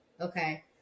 okay